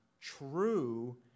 true